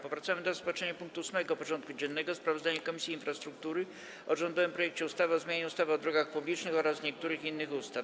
Powracamy do rozpatrzenia punktu 8. porządku dziennego: Sprawozdanie Komisji Infrastruktury o rządowym projekcie ustawy o zmianie ustawy o drogach publicznych oraz niektórych innych ustaw.